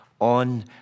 on